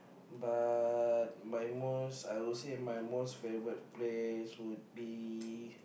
but my most I would say my most favourite place would be